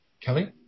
Kelly